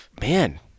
man